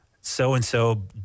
so-and-so